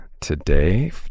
today